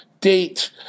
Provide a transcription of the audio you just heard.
date